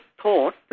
thought